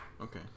okay